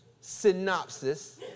synopsis